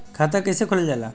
खाता कैसे खोलल जाला?